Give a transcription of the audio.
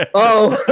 ah oh,